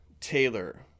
Taylor